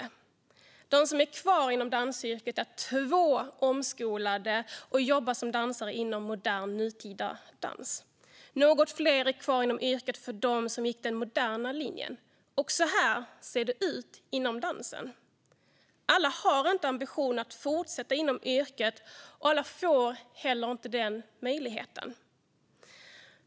Av dem som är kvar inom dansyrket är två omskolade och jobbar som dansare inom modern och nutida dans. Något fler är kvar inom yrket av dem som gick den moderna linjen. Så här ser det ut inom dansen. Alla har inte ambitionen att fortsätta inom yrket, och alla får heller inte den möjligheten.